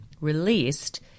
released